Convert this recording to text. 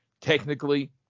technically